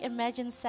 Imagine